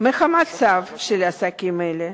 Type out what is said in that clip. מהמצב של העסקים האלה.